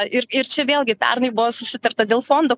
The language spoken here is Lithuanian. ir ir čia vėlgi pernai buvo susitarta dėl fondo